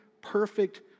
perfect